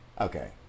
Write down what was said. okay